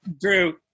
Drew